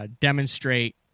demonstrate